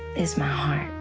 is my heart.